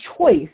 choice